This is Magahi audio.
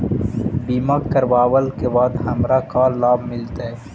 बीमा करवला के बाद हमरा का लाभ मिलतै?